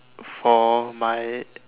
for my